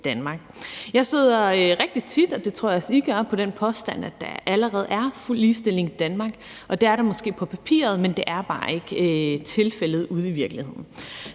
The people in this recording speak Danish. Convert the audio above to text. Danmark. Jeg støder rigtig tit, og det tror jeg også I gør, på den påstand, at der allerede er fuld ligestilling i Danmark. Og det er der måske på papiret, men det er bare ikke tilfældet ude i virkeligheden.